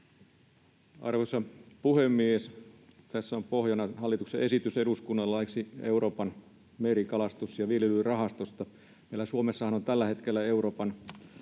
Arvoisa puhemies! Tässä on pohjana hallituksen esitys eduskunnalle laiksi Euroopan meri‑, kalastus‑ ja viljelyrahastosta. Meillä Suomessahan on tällä hetkellä Euroopan